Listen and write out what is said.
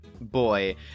boy